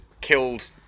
killed